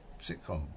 sitcom